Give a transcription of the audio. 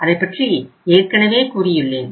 அதைப் பற்றி ஏற்கனவே கூறியுள்ளேன்